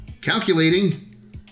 Calculating